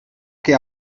que